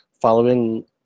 following